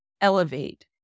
elevate